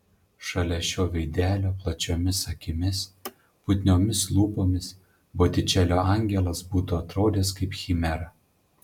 šalia šio veidelio plačiomis akimis putniomis lūpomis botičelio angelas būtų atrodęs kaip chimera